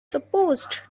supposed